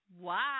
Wow